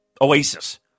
Oasis